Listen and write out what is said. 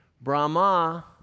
Brahma